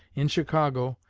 in chicago,